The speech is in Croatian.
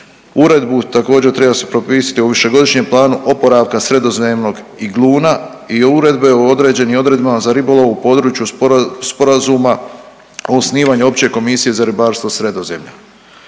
Uredbu također treba se propisati u višegodišnjem planu oporavka sredozemnog igluna i uredbe o određenim odredbama za ribolov u području sporazuma o osnivanju opće komisije za ribarstvo Sredozemlja.